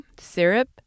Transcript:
syrup